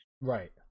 Right